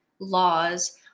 laws